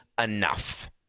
enough